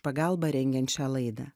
pagalbą rengiant šią laidą